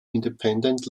independent